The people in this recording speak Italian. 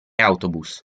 autobus